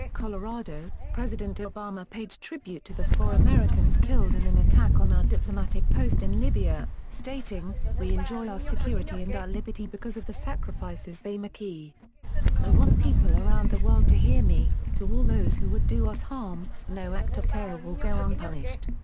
colorado, president obama paid tribute to the four americans killed in an attack on our diplomatic post in libya, stating, we enjoy our security and our liberty because of the sacrifices they make. i ah want people around the world to hear me to all those who would do us harm, no act of terror will go unpunished.